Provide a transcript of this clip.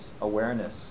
awareness